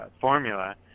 formula